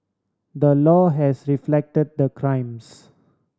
the law has reflect the crimes